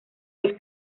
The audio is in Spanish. los